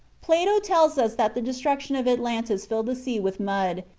plato tells us that the destruction of atlantis filled the sea with mud,